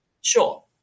Sure